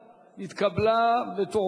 נכי רדיפות הנאצים (תיקון,